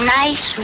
nice